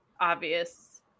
obvious